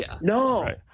No